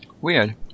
Weird